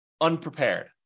unprepared